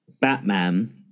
Batman